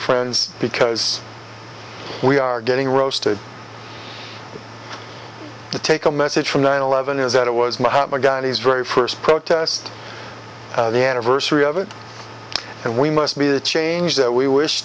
friends because we are getting roasted to take a message from nine eleven is that it was mahatma gandhi's very first protest the anniversary of it and we must be the change that we wish